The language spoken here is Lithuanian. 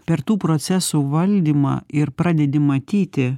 per tų procesų valdymą ir pradedi matyti